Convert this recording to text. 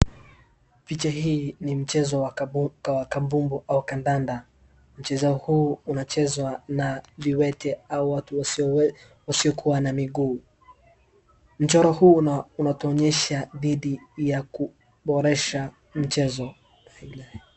Picha hii ni mchezo wa kabumbu au kandanda mchezo huu unachezwa na viwete au watu wasikokua na miguu mchoro huu unatuonyesha dhidi ya kuboresha michezo.